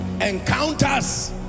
encounters